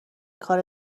کار